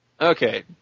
Okay